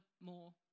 more